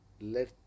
let